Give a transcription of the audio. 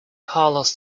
carlos